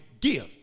give